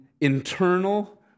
internal